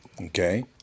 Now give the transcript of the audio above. Okay